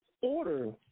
order